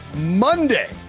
Monday